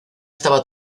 estaba